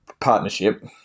partnership